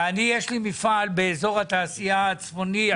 אם יש לי מפעל באזור התעשייה הצפוני.